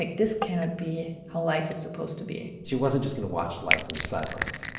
like this cannot be how life is supposed to be she wasn't just going to watch life from the sidelines.